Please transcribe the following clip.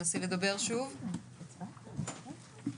מוגבלות שכלית ועומדים בקריטריונים לכאורה בעצם,